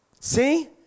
See